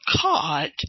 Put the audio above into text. caught